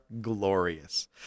glorious